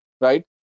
right